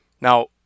Now